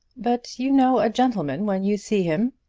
but you know a gentleman when you see him.